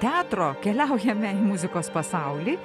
teatro keliaujame į muzikos pasaulį